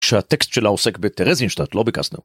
שהטקסט שלה הוא עוסק בטרזינשטרט לא בקסטנר.